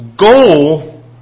goal